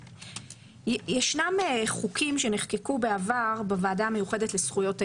ישנם חוקים שנחקקו בעבר בוועדה המיוחדת לזכויות הילד.